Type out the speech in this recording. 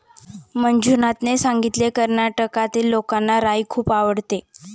मंजुनाथने सांगितले, कर्नाटकातील लोकांना राई खूप आवडते